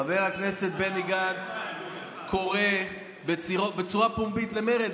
חבר הכנסת בני גנץ קורא בצורה פומבית למרד,